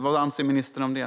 Vad anser ministern om det?